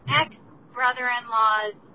ex-brother-in-law's